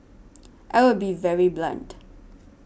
I will be very blunt